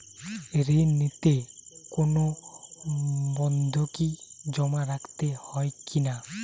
ঋণ নিতে কোনো বন্ধকি জমা রাখতে হয় কিনা?